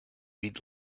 eat